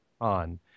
on